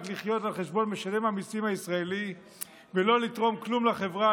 לחיות על חשבון משלם המיסים הישראלי ולא לתרום כלום לחברה,